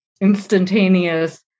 instantaneous